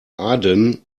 aden